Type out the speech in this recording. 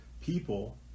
People